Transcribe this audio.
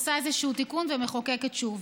הכנסת עושה איזשהו תיקון ומחוקקת שוב,